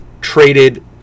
traded